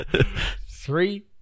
Three